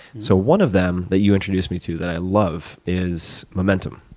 so one of them that you introduced me to that i love is momentum.